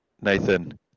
Nathan